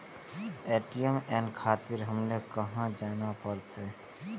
ATM ले खातिर हमरो कहाँ जाए परतें?